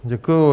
Děkuju.